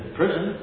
prison